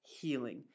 healing